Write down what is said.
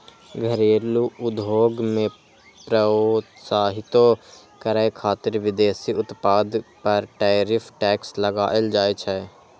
घरेलू उद्योग कें प्रोत्साहितो करै खातिर विदेशी उत्पाद पर टैरिफ टैक्स लगाएल जाइ छै